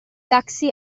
taxi